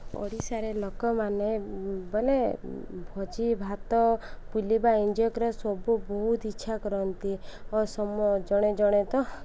ଓଡ଼ିଶାରେ ଲୋକମାନେ ମାନେ ଭୋଜି ଭାତ ବୁଲିବା ଏଞ୍ଜଏ କରିବା ସବୁ ବହୁତ ଇଚ୍ଛା କରନ୍ତି ଓ ଜଣେ ଜଣେ ତ